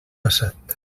passat